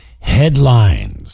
Headlines